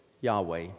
Yahweh